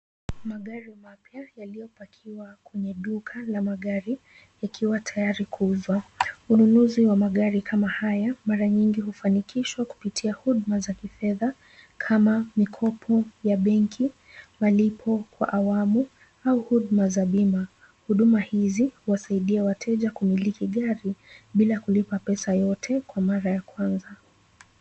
Magari mapya yaliyopakiwa kwenye duka la magari yakiwa tayari kuuzwa. Ununuzi wa magari kama haya mara nyingi hufanikishwa kupitia huduma za kifedha kama mikopo ya benki, malipo kwa awamu, au huduma za bima. Huduma hizi huwasaidia wateja kumiliki gari bila kulipa pesa yote kwa mara ya kwanza.